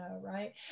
right